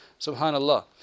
subhanAllah